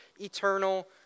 eternal